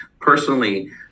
Personally